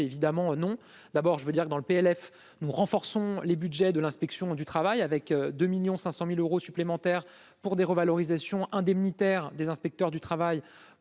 évidemment non, d'abord, je veux dire que dans le PLF nous renforçons les Budgets de l'inspection du travail, avec 2 1000000 500000 euros supplémentaires pour des revalorisations indemnitaires des inspecteurs du travail